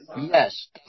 Yes